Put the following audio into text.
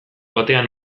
batean